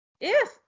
Yes